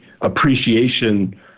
appreciation